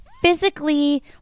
physically